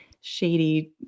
shady